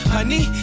Honey